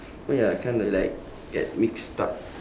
oh ya I kind of like get mixed up